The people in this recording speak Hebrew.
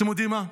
אתם יודעים מה?